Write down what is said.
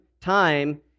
time